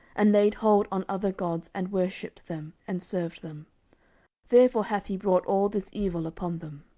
and laid hold on other gods, and worshipped them, and served them therefore hath he brought all this evil upon them.